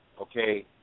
okay